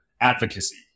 advocacy